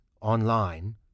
online